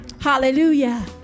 Hallelujah